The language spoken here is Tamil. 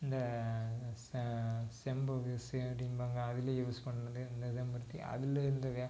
இந்த செ செம்பக செடிம்பாங்க அதுலேயும் யூஸ் பண்ணது இந்த செம்பருத்தி அதுலேருந்து வே